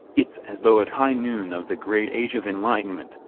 it's as though at high noon of the great age of enlightenment,